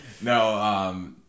No